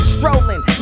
Strolling